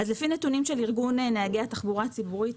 לפי נתונים של ארגון נהגי התחבורה הציבורית,